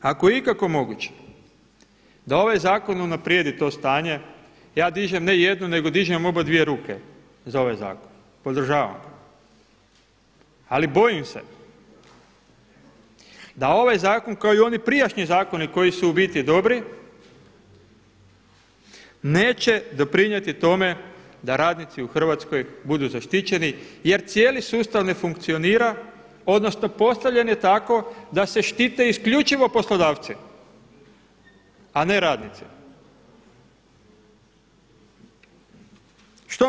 Ako je ikako moguće da ovaj zakon unaprijedi to stanje ja dižem ne jednu nego dižem obadvije ruke za ovaj zakon, podržavam ga, ali bojim se da ovaj zakon kao i oni prijašnji zakoni koji su u biti dobri neće doprinijeti tome da radnici u Hrvatskoj budu zaštićeni jer cijeli sustav ne funkcionira odnosno postavljen je tako da se štite isključivo poslodavci a ne radnici.